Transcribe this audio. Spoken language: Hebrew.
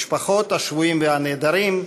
משפחות השבויים והנעדרים,